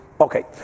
Okay